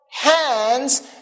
hands